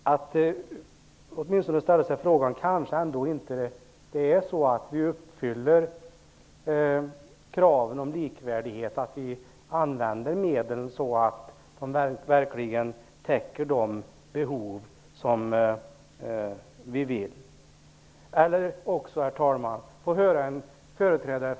Man kunde åtminstone ställa sig frågan om vi kanske inte uppfyller kraven på likvärdighet och om vi kanske inte använder medlen så att de verkligen täcker de behov som vi vill att de skall göra. Herr talman!